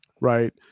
right